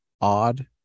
odd